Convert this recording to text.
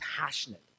passionate